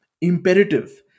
imperative